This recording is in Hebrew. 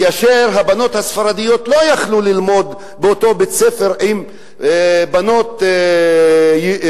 כאשר הבנות הספרדיות לא יכלו ללמוד באותו בית-ספר עם בנות אשכנזיות,